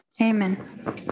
Amen